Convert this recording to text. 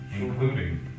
including